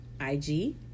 IG